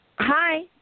Hi